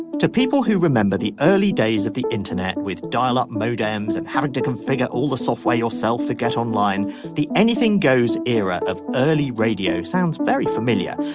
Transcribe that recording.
to people who remember the early days of the internet with dial up modems and having to configure all the software yourself to get online the anything goes era of early radio sounds very familiar.